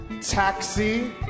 Taxi